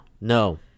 No